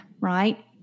right